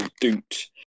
doot